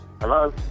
Hello